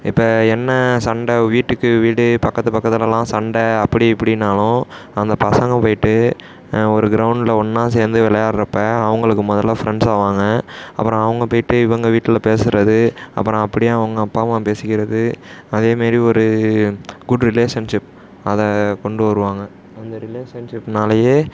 இப்போ என்ன சண்ட வீட்டுக்கு வீடு பக்கத்து பக்கத்திலலாம் சண்டை அப்படி இப்படினாலும் அந்த பசங்க போய்ட்டு ஒரு க்ரௌண்டில் ஒன்னாக சேர்ந்து விளாடுறப்ப அவங்களுக்கு முதல்ல ஃப்ரெண்ட்ஸாவாங்க அப்பறம் அவங்க போயிட்டு இவங்க வீட்டில் பேசுவது அப்பறம் அப்படியே அவங்க அப்பா அம்மா பேசிக்கிறது அதேமாரி ஒரு குட் ரிலேஷன்ஷிப் அதை கொண்டு வருவாங்க அந்த ரிலேஷன்ஷிப்னாலேயே